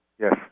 Yes